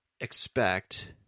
expect